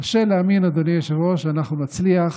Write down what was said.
קשה להאמין, אדוני היושב-ראש, שאנחנו נצליח